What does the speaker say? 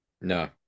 No